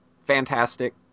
Fantastic